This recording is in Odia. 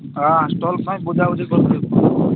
ହଁ ଷ୍ଟଲ୍ ପାଇଁ ବୁଝା ବୁଝି କରୁଥିଲୁ